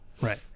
right